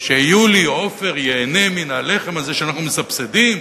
שיולי עופר ייהנה מן הלחם הזה שאנחנו מסבסדים?